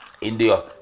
India